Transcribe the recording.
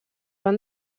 van